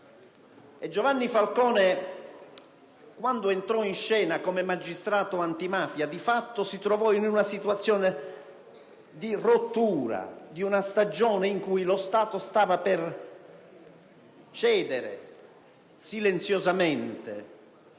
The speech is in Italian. Giovanni Falcone, quando entrò in scena come magistrato antimafia, di fatto si trovò in una situazione di rottura di una stagione in cui lo Stato stava per cedere silenziosamente